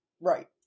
right